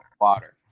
water